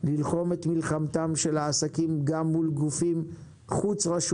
ללחום את מלחמתם של העסקים גם מול גופים חוץ-רשותיים,